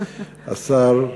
השר,